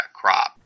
crop